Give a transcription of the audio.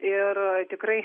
ir tikrai